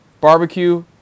barbecue